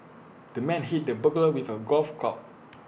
the man hit the burglar with A golf club